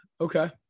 okay